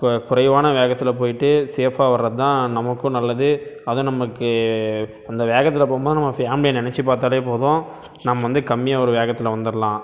குறைவான வேகத்தில் போய்விட்டு சேஃப்பாக வரது தான் நமக்கும் நல்லது அதுவும் நமக்கு அந்த வேகத்தில் போகும் போது நம்ம ஃபேமிலியை நெனைச்சு பார்த்தாலே போதும் நம்ம வந்து கம்மியான ஒரு வேகத்தில் வந்துடலாம்